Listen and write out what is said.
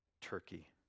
Turkey